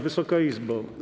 Wysoka Izbo!